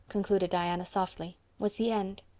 concluded diana softly, was the end.